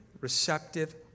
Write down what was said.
receptive